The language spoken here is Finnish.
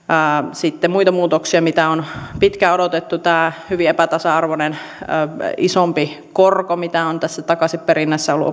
sitten muita muutoksia mitä on pitkään odotettu tämä hyvin epätasa arvoinen isompi korko mitä on takaisinperinnässä ollut